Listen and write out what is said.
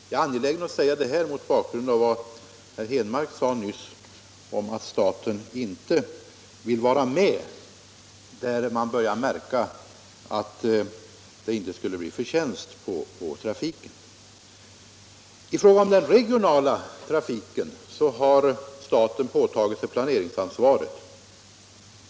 Jag är angelägen att framhålla det mot bakgrunden av vad herr Henmark nyss sade om att staten inte vill vara med när man börjar märka att det inte blir någon förtjänst på trafiken. I fråga om den regionala trafiken har staten påtagit sig planeringsansvaret.